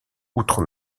outre